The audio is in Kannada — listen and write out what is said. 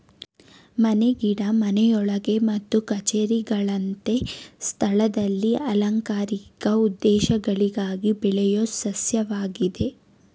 ಮನೆ ಗಿಡ ಮನೆಯೊಳಗೆ ಮತ್ತು ಕಛೇರಿಗಳಂತ ಸ್ಥಳದಲ್ಲಿ ಅಲಂಕಾರಿಕ ಉದ್ದೇಶಗಳಿಗಾಗಿ ಬೆಳೆಯೋ ಸಸ್ಯವಾಗಿದೆ